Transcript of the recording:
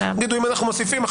אז הם יגידו לעצמם,